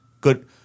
Good—